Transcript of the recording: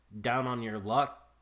down-on-your-luck